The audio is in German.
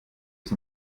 ist